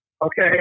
Okay